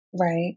right